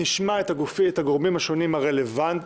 נשמע את הגורמים השונים הרלוונטיים,